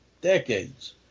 decades